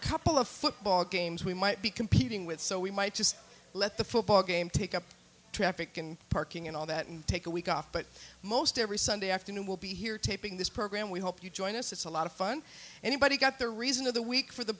couple of football games we might be competing with so we might just let the football game take up traffic and parking and all that and take a week off but most every sunday afternoon will be here taping this program we hope you join us it's a lot of fun anybody got the reason of the week for the